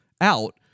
out